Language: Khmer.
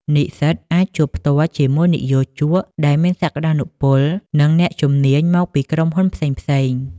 និស្សិតអាចជួបផ្ទាល់ជាមួយនិយោជកដែលមានសក្តានុពល និងអ្នកជំនាញមកពីក្រុមហ៊ុនផ្សេងៗ។